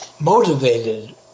motivated